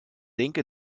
denke